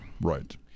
Right